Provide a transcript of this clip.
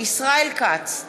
ישראל כץ,